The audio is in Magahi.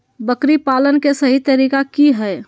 बकरी पालन के सही तरीका की हय?